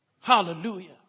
Hallelujah